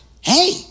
Hey